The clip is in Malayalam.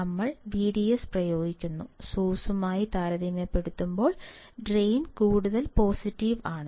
ഞങ്ങൾ VDS പ്രയോഗിക്കുന്നു സോഴ്സുമായി താരതമ്യപ്പെടുത്തുമ്പോൾ ഡ്രെയിൻ കൂടുതൽ പോസിറ്റീവ് ആണ്